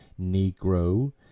Negro